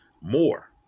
more